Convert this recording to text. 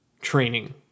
training